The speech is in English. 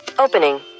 Opening